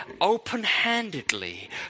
open-handedly